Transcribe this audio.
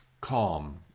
calm